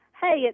Hey